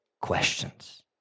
questions